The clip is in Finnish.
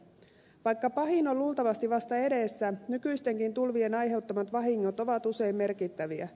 vaikka pahin on luultavasti vasta edessä nykyistenkin tulvien aiheuttamat vahingot ovat usein merkittäviä